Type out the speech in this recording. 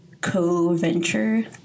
co-venture